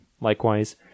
Likewise